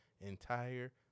entire